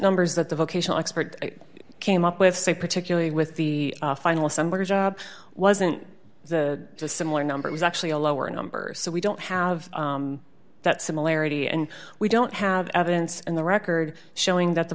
numbers that the vocational expert came up with say particularly with the final somebody's job wasn't the similar number it was actually a lower number so we don't have that similarity and we don't have evidence and the record showing that the